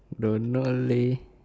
don't know leh